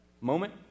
Moment